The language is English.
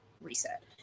reset